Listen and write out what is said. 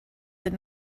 did